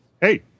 Hey